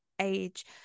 age